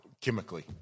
chemically